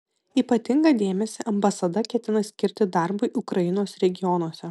ypatingą dėmesį ambasada ketina skirti darbui ukrainos regionuose